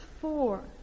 four